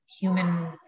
human